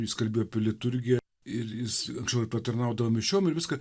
jis kalbėjo apie liturgiją ir jis anksčiau ir patarnaudavo mišiom ir viską